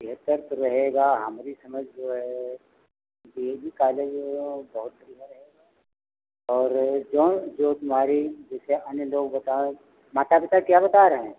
बेहतर तो रहेगा हमारी समझ से डी ए वी कॉलेज बहुत बढ़िया रहेगा और जोन जो तुम्हारी जैसे अन्य लोग बताएँ माता पिता क्या बता रहे हैं